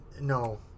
No